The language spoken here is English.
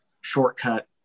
shortcut